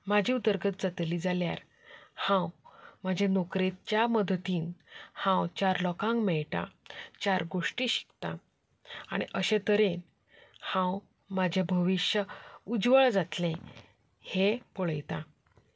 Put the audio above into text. म्हजी उदरगत जातली जाल्यार हांव म्हजे नोकरेच्या मदतीन हांव चार लोकांक मेळटा चार गोश्टी शिकतां आनी अशे तरेन हांव म्हजे भविश्य उज्वल जातलें हें पळयतां